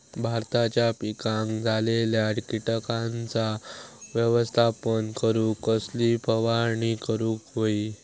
भाताच्या पिकांक झालेल्या किटकांचा व्यवस्थापन करूक कसली फवारणी करूक होई?